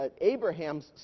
Abraham's